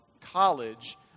college